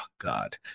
god